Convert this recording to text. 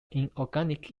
inorganic